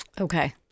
Okay